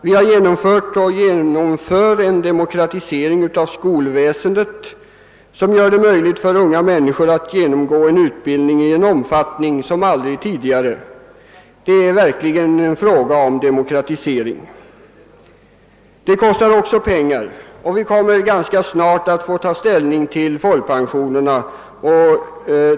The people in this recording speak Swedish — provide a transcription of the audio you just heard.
Vi har vidare genomfört och genomför en demokratisering av skolväsendet som ger unga människor tillfälle till utbildning i en omfattning som icke varit möjligt tidigare. Här är det verkligen fråga om en demokratisering, och den kostar pengar. Vi kommer också snart att få ta ställning till en höjning av folkpensionerna.